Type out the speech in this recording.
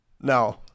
No